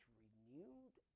renewed